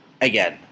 Again